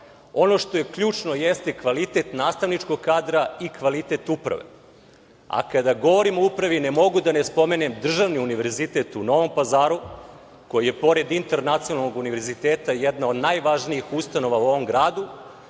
ono što je ključno jeste kvalitet nastavničkog kadra i kvalitet uprave. Kada govorimo o upravi, ne mogu a da ne spomenem državni Univerzitet u Novom Pazaru, koji je, pored internacionalnog univerziteta, jedna od najvažnijih ustanova u ovom gradu